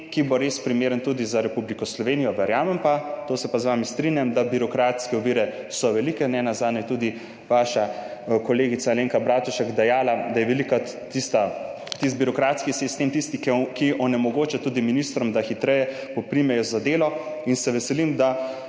ki bo res primeren tudi za Republiko Slovenijo. Verjamem pa, to se strinjam z vami, da so birokratske ovire velike, nenazadnje je tudi vaša kolegica Alenka Bratušek dejala, da je velikokrat birokratski sistem tisti, ki onemogoča tudi ministrom, da hitreje poprimejo za delo in se veselim, da